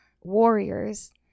Warriors